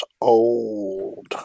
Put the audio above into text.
old